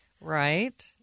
Right